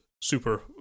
super